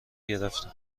گرفتم